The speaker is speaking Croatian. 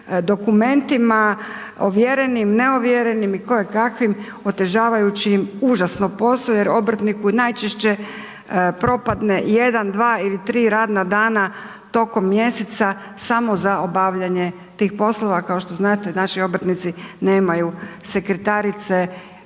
dokumentima ovjerenim i neovjerenim i koje kakvim otežavajući ima užasno posao jer obrtniku je najčešće propade 1, 2 ili 3 radna dana tokom mjeseca samo za obavljanje tih poslova, a kao što znate naši obrtnici nemaju sekretarice,